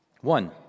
One